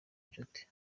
nshuti